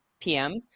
PM